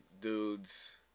dudes